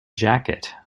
jacket